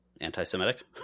Anti-Semitic